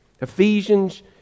Ephesians